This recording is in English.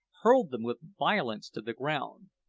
hurled them with violence to the ground.